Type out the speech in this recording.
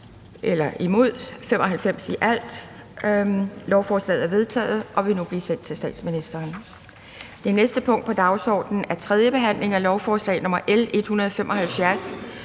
eller imod stemte 0. Lovforslaget er vedtaget og vil nu blive sendt til statsministeren. --- Det næste punkt på dagsordenen er: 9) 3. behandling af lovforslag nr. L 174: